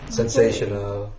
sensational